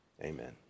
amen